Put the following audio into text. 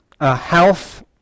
health